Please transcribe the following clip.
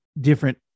different